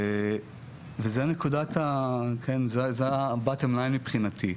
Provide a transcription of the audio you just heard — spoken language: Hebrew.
וזו השורה התחתונה מבחינתי.